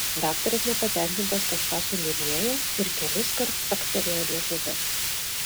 daktaras nepatenkintas kažką suniurnėjo ir keliskart caktelėjo liežuviu